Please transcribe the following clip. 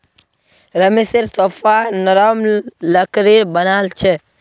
रमेशेर सोफा नरम लकड़ीर बनाल छ